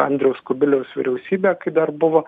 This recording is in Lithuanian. andriaus kubiliaus vyriausybė kai dar buvo